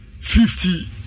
fifty